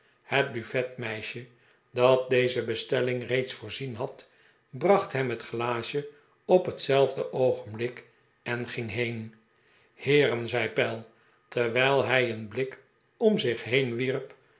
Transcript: het buffetmeisje dat deze bestelling reeds voorzien had bracht hem het glaasje op hetzelfde oogenblik en ging heen heeren zei pell terwijl hij een blik om zich heen wierp